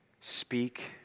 speak